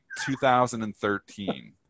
2013